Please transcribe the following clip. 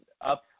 up